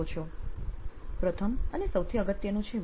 પ્રથમ અને સૌથી અગત્યનું છે વય